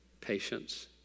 Patience